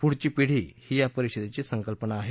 पुढची पीढी ही या परिषदेची संकल्पना अहे